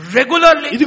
regularly